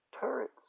turrets